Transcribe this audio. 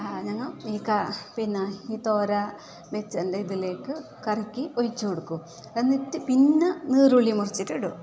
ഞങ്ങൾ ഈ കാ പിന്നെ തോര മിക്സീൻ്റെ ഇതിലേക്ക് കറക്കി ഒഴിച്ച് കൊടുക്കും എന്നിട്ട് പിന്നെ നീറോലി മുറിച്ചിട്ട് ഇടും